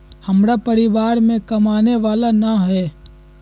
हमरा परिवार में कमाने वाला ना है?